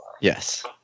Yes